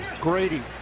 Grady